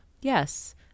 yes